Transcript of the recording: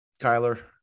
Kyler